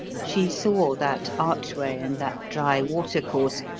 she saw that archway and that dry water-course,